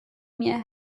mir